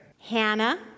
Hannah